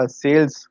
sales